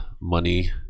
money